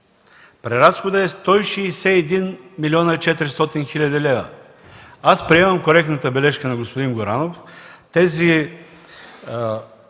преразходът е 161 млн. 400 хил. лв. Аз приемам коректната бележка на господин Горанов тези